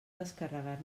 descarregar